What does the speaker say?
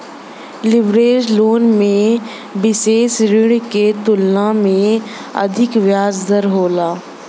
leverage loan में विसेष ऋण के तुलना में अधिक ब्याज दर होला